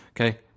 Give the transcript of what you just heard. Okay